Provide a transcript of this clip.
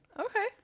Okay